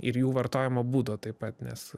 ir jų vartojimo būdo taip pat nes